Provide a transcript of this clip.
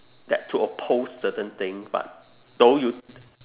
that to oppose certain thing but though you